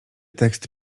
tekst